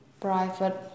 private